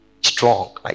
strong